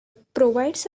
provides